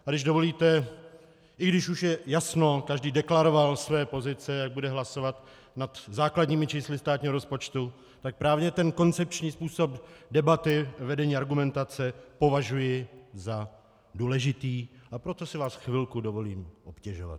A když dovolíte, i když už je jasno, každý deklaroval své pozice, jak bude hlasovat nad základními čísly státního rozpočtu, tak právě ten koncepční způsob debaty, vedení argumentace, považuji za důležitý, a proto si vás chvilku dovolím obtěžovat.